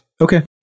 Okay